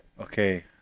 okay